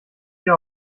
dir